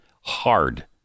hard